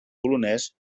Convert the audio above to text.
polonès